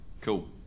Cool